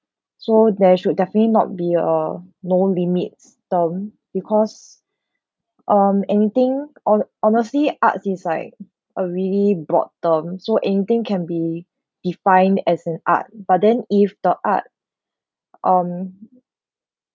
so there should definitely not be uh no limits term because um anything hone~ honestly art is like a really broad term so anything can be defined as an art but then if the art um